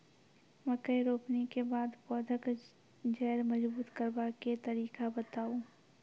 मकय रोपनी के बाद पौधाक जैर मजबूत करबा के तरीका बताऊ?